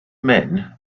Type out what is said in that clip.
men